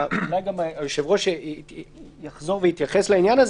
אולי היושב-ראש יתייחס לעניין,